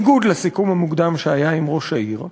בניגוד לסיכום המוקדם שהיה עם ראש העיר,